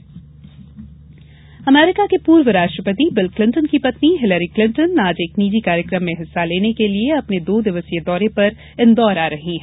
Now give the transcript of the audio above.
Hillary Clinton दौरा America के पूर्व राष्ट्रपति बिल क्लिंटन की पत्नी हिलेरी क्लिंटन आज एक नीजि कार्यक्रम में हिस्सा लेने अपने दो दिवसीय दौरे पर इंदौर आ रही है